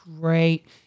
great